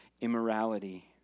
immorality